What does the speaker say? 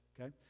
Okay